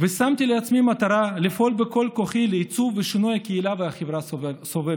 ושמתי לעצמי למטרה לפעול בכל כוחי לעיצוב ושינוי הקהילה והחברה הסובבת.